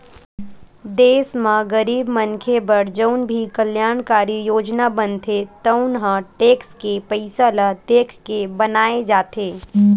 देस म गरीब मनखे बर जउन भी कल्यानकारी योजना बनथे तउन ह टेक्स के पइसा ल देखके बनाए जाथे